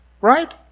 right